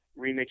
remix